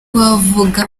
twavuga